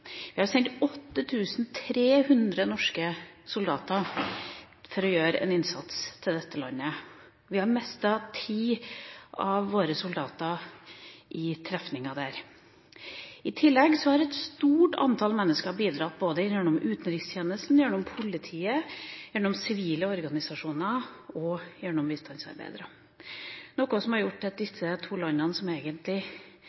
Vi har sendt 8 300 norske soldater for å gjøre en innsats i dette landet. Vi har mistet ti av våre soldater i trefninger der. I tillegg har et stort antall mennesker bidratt både gjennom utenrikstjenesten, gjennom politiet, gjennom sivile organisasjoner og gjennom bistandsarbeidere, noe som har